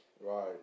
Right